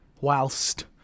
whilst